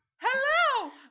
Hello